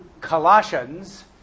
Colossians